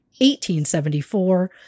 1874